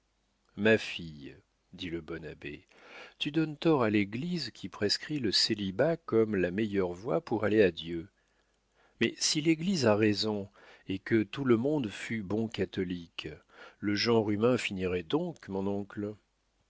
ma fille dit le bon abbé tu donnes tort à l'église qui prescrit le célibat comme la meilleure voie pour aller à dieu mais si l'église a raison et que tout le monde fût bon catholique le genre humain finirait donc mon oncle